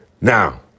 Now